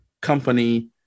company